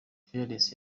fearless